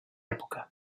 època